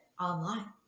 online